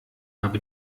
habe